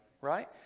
Right